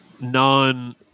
non